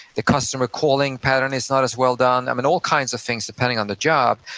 the customer calling pattern is not as well done, um and all kinds of things depending on the job,